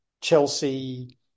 Chelsea